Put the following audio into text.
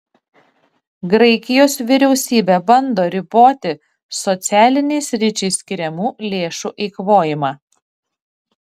graikijos vyriausybė bando riboti socialiniai sričiai skiriamų lėšų eikvojimą